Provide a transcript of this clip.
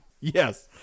Yes